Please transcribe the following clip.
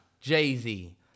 Jay-Z